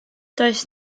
does